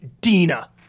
Dina